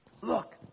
Look